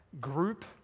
group